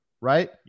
Right